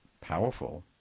powerful